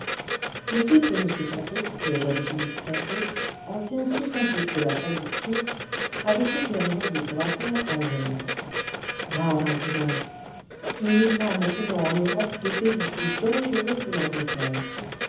le fils de m ponto le jeune philippe ponto ancien sous syndic de la faillite turque avait été envoyé pour affaires à londres grave imprudence il n'est pas maintenant en europe de pays plus dangereux que l'angleterre